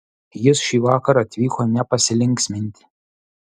jis šįvakar atvyko ne pasilinksminti